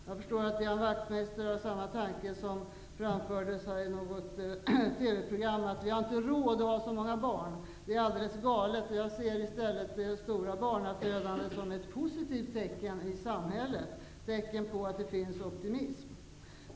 Jag förstår att Ian Wachtmeister har samma åsikt som framfördes i något TV-program, nämligen att vi inte har råd med så många barn. Det är alldeles galet. Jag ser i stället det stora barnafödandet som ett positivt tecken i samhället, som ett tecken på att det finns optimism.